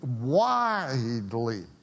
widely